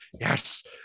yes